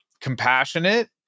compassionate